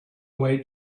way